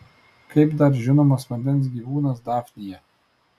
kaip dar žinomas vandens gyvūnas dafnija